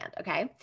Okay